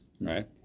right